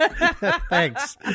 Thanks